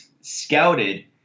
scouted